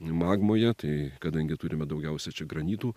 magmoje tai kadangi turime daugiausia čia granitų